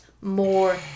more